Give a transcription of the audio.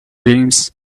dreams